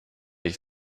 ich